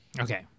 Okay